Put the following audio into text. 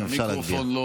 אם אפשר להגביה לו.